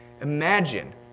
Imagine